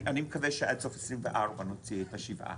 אני מקווה שעד סוף 2024 נוציא את השבעה.